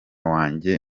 wanjye